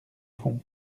fond